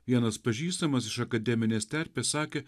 vienas pažįstamas iš akademinės terpės sakė